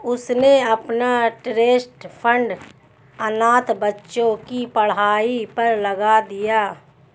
उसने अपना trust fund अनाथ बच्चों की पढ़ाई पर लगा दिया